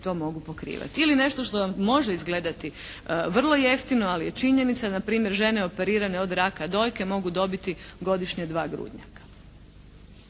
to mogu pokrivati ili nešto što može izgledati vrlo jeftino ali je činjenica, na primjer žene operirane od raka dojke mogu dobiti godišnje dva grudnjaka.